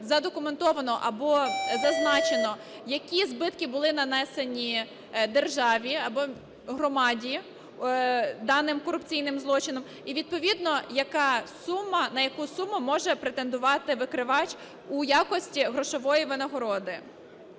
задокументовано або зазначено, які збитки були нанесені державі або громаді даним корупційним злочином, і відповідно яка сума, на яку суму може претендувати викривач у якості грошової винагороди.